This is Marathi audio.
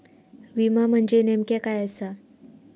विमा म्हणजे नेमक्या काय आसा?